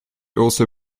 also